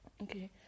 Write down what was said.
Okay